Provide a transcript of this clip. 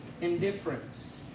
Indifference